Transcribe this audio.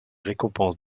récompenses